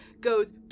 goes